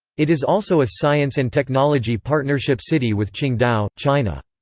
it is also a science and technology partnership city with qingdao, china.